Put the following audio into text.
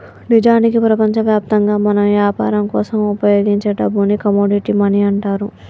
నిజానికి ప్రపంచవ్యాప్తంగా మనం యాపరం కోసం ఉపయోగించే డబ్బుని కమోడిటీ మనీ అంటారు